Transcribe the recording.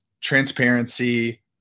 transparency